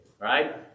right